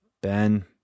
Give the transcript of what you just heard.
ben